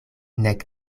nek